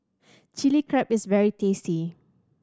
Chili Crab is very tasty